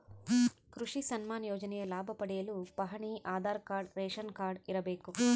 ಕೃಷಿ ಸನ್ಮಾನ್ ಯೋಜನೆಯ ಲಾಭ ಪಡೆಯಲು ಪಹಣಿ ಆಧಾರ್ ಕಾರ್ಡ್ ರೇಷನ್ ಕಾರ್ಡ್ ಇರಬೇಕು